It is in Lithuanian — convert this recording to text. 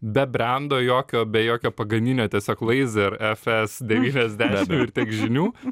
be brendo jokio be jokio pagrindinio tiesiog laizer fs devyniasdešimt ir tiek žinių